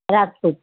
Rajput